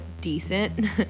decent